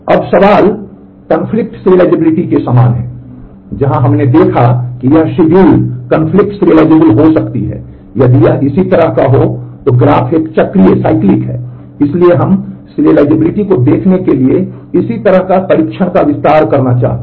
अब सवाल विरोधाभासी क्रमबद्धता है